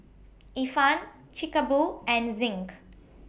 Ifan Chic A Boo and Zinc